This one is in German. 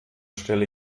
stelle